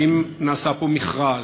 האם נעשה פה מכרז?